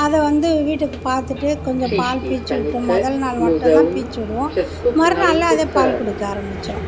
அதை வந்து வீட்டுக்கு பார்த்துட்டு கொஞ்சம் பால் பீச்சு விட்டுட்டு முதல் நாள் மட்டும் தான் பீச்சு விடுவோம் மறுநாளில் அதே பால் குடிக்க ஆரம்பிச்சிரும்